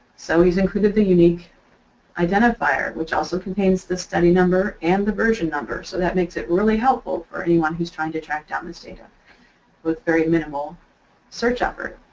so he's included the unique identifier which also contains the study number and the version number so that makes it really helpful for anyone who's trying to track down this data with very minimal search effort.